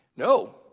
No